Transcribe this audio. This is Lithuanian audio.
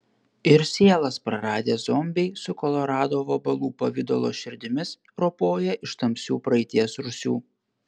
ir sielas praradę zombiai su kolorado vabalų pavidalo širdimis ropoja iš tamsių praeities rūsių